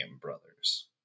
brothers